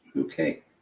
Okay